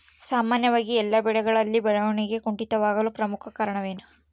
ಸಾಮಾನ್ಯವಾಗಿ ಎಲ್ಲ ಬೆಳೆಗಳಲ್ಲಿ ಬೆಳವಣಿಗೆ ಕುಂಠಿತವಾಗಲು ಪ್ರಮುಖ ಕಾರಣವೇನು?